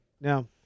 Now